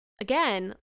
again